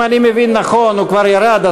אם אני מבין נכון הוא כבר ירד,